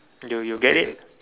you you get it